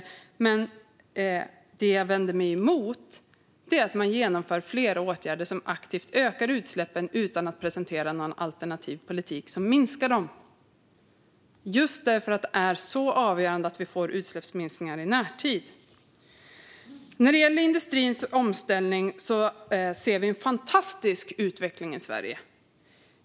Just för att det är så avgörande att vi får utsläppsminskningar i närtid vänder jag mig emot att man genomför flera åtgärder som aktivt ökar utsläppen utan att presentera någon alternativ politik som minskar dem. När det gäller industrins omställning ser vi en fantastisk utveckling i Sverige.